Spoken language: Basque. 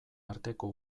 arteko